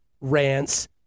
rants